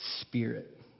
spirit